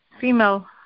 female